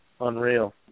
unreal